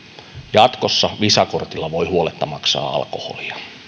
jatkossa visa kortilla voi huoletta maksaa alkoholia